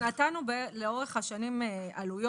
אנחנו נתנו לאורך השנים עלויות.